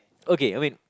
okay I mean